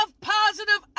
positive